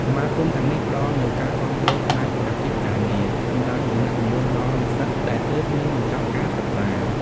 សមាគមទាំងនេះផ្ដល់នូវការគាំទ្រផ្នែកអាជីពការងារ បណ្តាញទំនាក់ទំនងដល់និស្សិតដែលទើបនឹងបញ្ចប់ការសិក្សា។